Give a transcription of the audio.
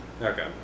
Okay